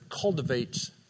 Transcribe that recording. cultivates